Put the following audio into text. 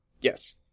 Yes